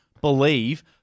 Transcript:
believe